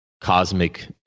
cosmic